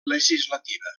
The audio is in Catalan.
legislativa